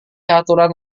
aturan